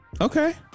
Okay